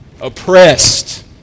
Oppressed